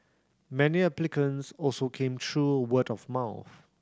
many applicants also came through word of mouth